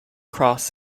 cross